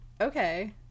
okay